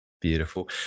Beautiful